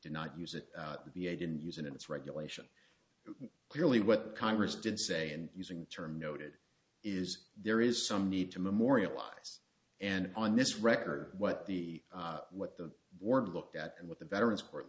did not use it to be a didn't use in its regulation clearly what congress did say and using the term noted is there is some need to memorialize and on this record what the what the world looked at and what the veterans